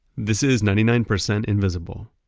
this is ninety nine percent invisible.